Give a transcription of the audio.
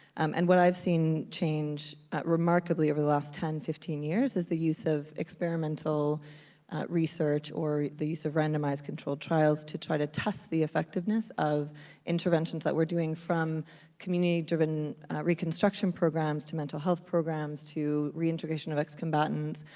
and what i've seen change remarkably over the last ten, fifteen years is the use of experimental research or the use of randomized controlled trials to try to test the effectiveness of interventions that we're doing, from community driven reconstruction programs to mental health programs, to reintegration of ex-combatants,